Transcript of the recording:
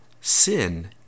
sin